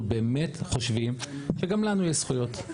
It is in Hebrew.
אנחנו באמת חושבים שגם לנו יש זכויות.